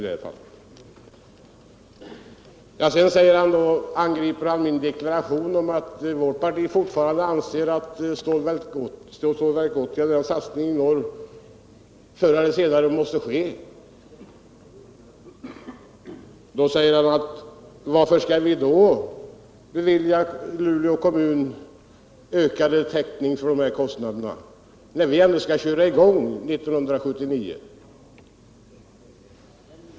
Sedan angrep Axel Kristiansson min deklaration om att vårt parti fortfarande anser att satsningen i norr på Stålverk 80 förr eller senare måste ske. Han sade: Varför skall vi bevilja Luleå kommun ökad täckning för dessa kostnader, när vi ändå skall köra i gång 1979?